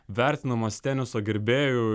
vertinamas teniso gerbėjų